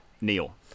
Neil